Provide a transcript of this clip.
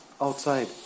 outside